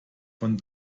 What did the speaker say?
von